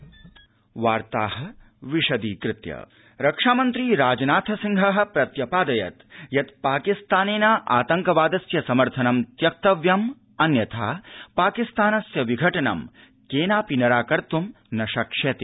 गजरातम्राजनाथ रक्षामन्त्री राजनाथसिंहः प्रत्यपादयत् यत् पाकिस्तानेन आतड़कवादस्य समर्थनं त्यक्तव्यम् अन्यथा पाकिस्तानस्य विघटनं केनापि निराकत्त् न शक्ष्यते